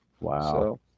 Wow